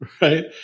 right